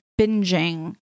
binging